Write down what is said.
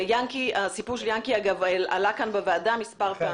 אגב, הסיפור של ינקי עלה כאן בוועדה מספר פעמים.